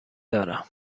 دارم